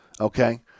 okay